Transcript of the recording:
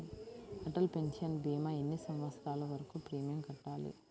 Atal pension భీమా ఎన్ని సంవత్సరాలు వరకు ప్రీమియం కట్టాలి?